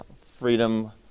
freedom